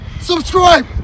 Subscribe